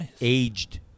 aged